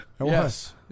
Yes